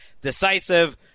decisive